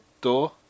door